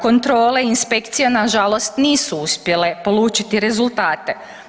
Kontrola i inspekcija nažalost nisu uspjele polučiti rezultate.